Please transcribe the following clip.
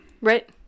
Right